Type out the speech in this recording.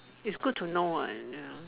is good to know uh ya